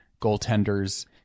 goaltenders